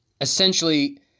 essentially